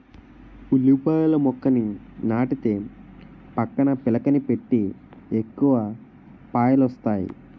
ఉల్లిపాయల మొక్కని నాటితే పక్కన పిలకలని పెట్టి ఎక్కువ పాయలొస్తాయి